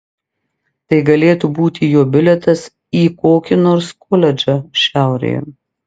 tai galėtų būti jo bilietas į kokį nors koledžą šiaurėje